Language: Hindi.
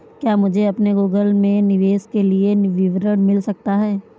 क्या मुझे अपने गूगल पे निवेश के लिए विवरण मिल सकता है?